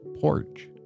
Porch